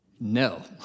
No